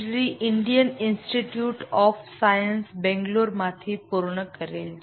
D Indian Institute of Science Bangalore માંથી પૂર્ણ કરેલ છે